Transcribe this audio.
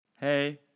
Hey